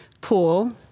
pool